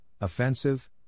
offensive